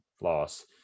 loss